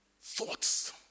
Thoughts